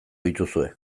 dituzue